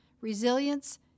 resilience